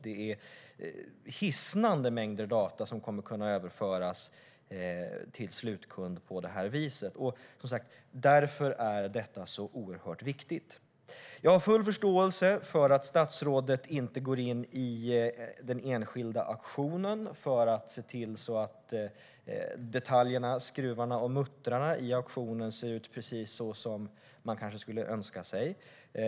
Det är hisnande mängder data som kommer att kunna överföras till slutkund på det här viset. Därför är detta oerhört viktigt. Jag har full förståelse för att statsrådet inte går in i den enskilda auktionen för att se till att detaljerna - skruvarna och muttrarna i auktionen - ser ut precis som man skulle önska sig.